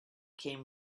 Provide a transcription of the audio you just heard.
came